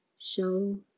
show